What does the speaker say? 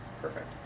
Perfect